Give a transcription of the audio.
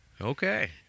Okay